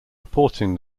reporting